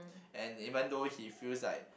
and even though he feels like